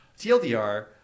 TLDR